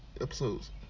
Episodes